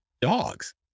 dogs